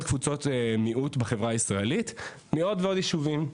קבוצות מיעוט בחברה הישראלית מעוד ועוד ישובים.